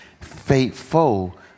faithful